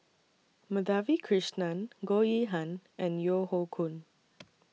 Madhavi Krishnan Goh Yihan and Yeo Hoe Koon